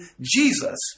Jesus